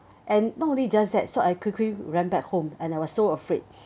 and not only just that so I quickly ran back home and I was so afraid